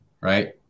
right